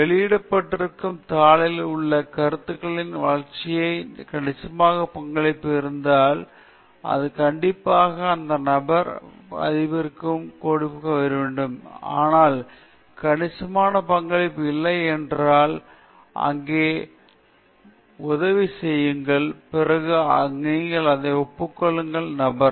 வெளியிடப்பட்டிருக்கும் தாளில் உள்ள கருத்துக்களின் வளர்ச்சியில் கணிசமான பங்களிப்பு இருந்தால் அது கண்டிப்பாக அந்த நபர் ஆசிரியருக்குக் கொடுக்க வேண்டும் ஆனால் கணிசமான பங்களிப்பு இல்லை என்றால் இங்கேயும் அங்குயும் உதவி செய்யுங்கள் பிறகு நீங்கள் அதை ஒப்புக்கொள்ளலாம் நபர்